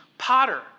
Potter